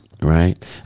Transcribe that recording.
right